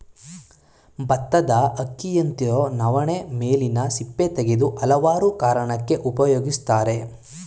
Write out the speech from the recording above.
ಬತ್ತದ ಅಕ್ಕಿಯಂತಿರೊ ನವಣೆ ಮೇಲಿನ ಸಿಪ್ಪೆ ತೆಗೆದು ಹಲವಾರು ಕಾರಣಕ್ಕೆ ಉಪಯೋಗಿಸ್ತರೆ